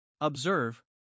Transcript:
Observe